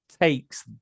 takes